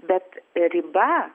bet riba